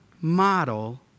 model